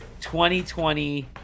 2020